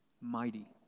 mighty